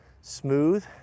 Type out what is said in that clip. smooth